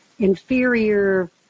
Inferior